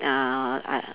uh uh